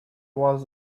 was